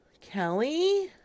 Kelly